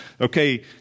okay